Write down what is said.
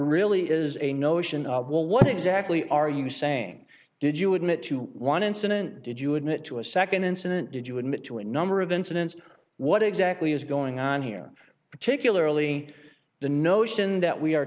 really is a notion well what exactly are you saying did you admit to one incident did you admit to a second incident did you admit to a number of incidents what exactly is going on here particularly the notion that we are